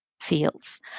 fields